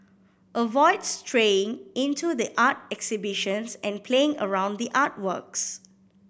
avoid straying into the art exhibitions and playing around the artworks